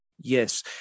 Yes